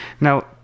Now